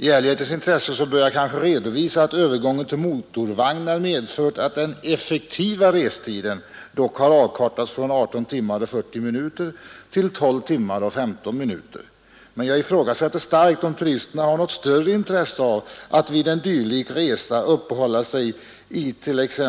I ärlighetens intresse bör jag kanske redovisa att övergången till motorvagnar medfört att den effektiva restiden dock har avkortats från 18 timmar 40 minuter till 12 timmar 15 minuter, men jag ifrågasätter starkt om turisterna har något större intresse av att vid en dylik resa uppehålla sig i t.ex.